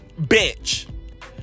bitch